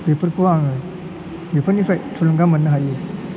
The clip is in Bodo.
बेफोरखौ आङो बेफोरनिफ्राय थुलुंगा मोननो हायो